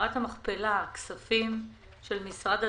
מערת המכפלה, הכספים של משרד הדתות,